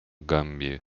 гамбии